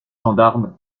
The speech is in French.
gendarme